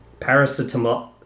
Paracetamol